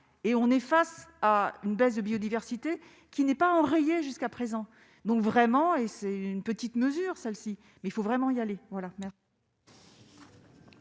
et on est face à une baisse de biodiversité qui n'est pas enrayée, jusqu'à présent donc, vraiment, et c'est une petite mesure celle-ci mais il faut vraiment y aller